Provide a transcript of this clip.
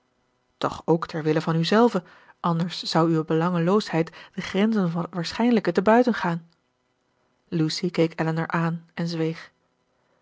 toch ook ter wille van uzelve anders zou uwe belangeloosheid de grenzen van het waarschijnlijke te buiten gaan lucy keek elinor aan en zweeg